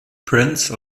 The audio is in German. prince